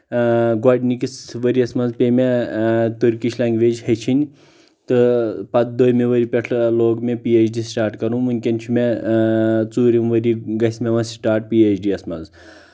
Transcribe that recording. آ گۄڈنِکس ؤرۍ یس منٛز پے مےٚ ٹرکِش لینٛگویج ہیٚچھٕنۍ تہٕ پتہٕ دومہِ ؤری پٮ۪ٹھ لوگ مےٚ پی ایچ ڈی سٹاٹ کرُن ونکیٚن چھُ مےٚ ژورِم ؤری گژھہِ مےٚ و سٹاٹ پی ایچ ڈی یس منٛز